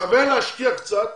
שווה להשקיע קצת